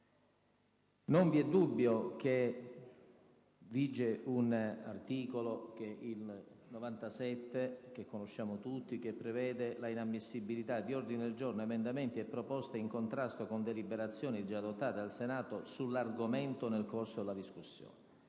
Non vi è dubbio che vige un articolo del Regolamento, l'articolo 97, che tutti conosciamo, e che prevede la inammissibilità di ordini del giorno, emendamenti e proposte in contrasto con deliberazioni già adottate dal Senato sull'argomento nel corso della discussione.